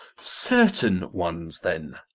certain ones, then.